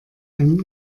einen